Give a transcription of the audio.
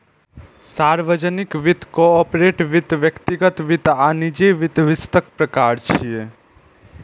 सार्वजनिक वित्त, कॉरपोरेट वित्त, व्यक्तिगत वित्त आ निजी वित्त वित्तक प्रकार छियै